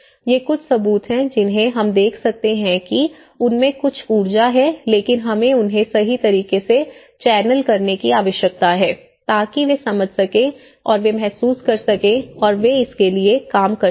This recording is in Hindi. ये कुछ सबूत हैं जिन्हें हम देख सकते हैं कि उनमें कुछ ऊर्जा है लेकिन हमें उन्हें सही तरीके से चैनल करने की आवश्यकता है ताकि वे समझ सकें और वे महसूस कर सकें और वे इसके लिए काम करें